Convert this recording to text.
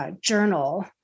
journal